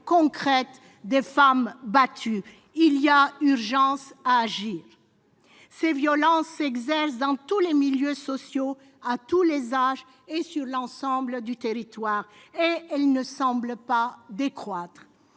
concrète des femmes battues. Il y a urgence à agir ! Ces violences s'exercent dans tous les milieux sociaux, à tous les âges et sur l'ensemble du territoire, et elles ne semblent pas décroître.